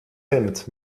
hemd